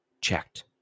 checked